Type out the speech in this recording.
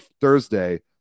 Thursday